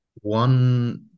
one